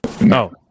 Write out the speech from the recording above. No